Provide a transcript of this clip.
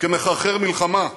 כמחרחר מלחמה.